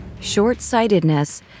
short-sightedness